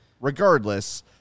Regardless